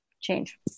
change